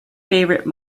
favorite